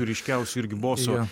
ryškiausių irgi boso